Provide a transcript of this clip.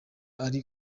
ari